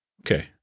Okay